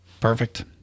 Perfect